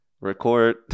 Record